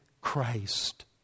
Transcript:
Christ